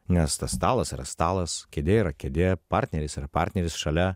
nes tas stalas yra stalas kėdė yra kėdė partneris yra partneris šalia